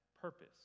purpose